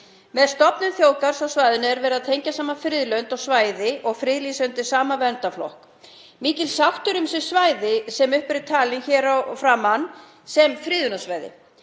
Með stofnun þjóðgarðs á svæðinu er verið að tengja saman friðlönd á svæðinu og friðlýsa undir sama verndarflokk. Mikil sátt er um þau svæði sem upp eru talin hér að framan sem friðunarsvæði.